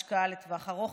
השקעה לטווח ארוך,